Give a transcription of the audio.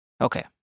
Okay